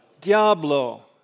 Diablo